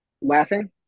laughing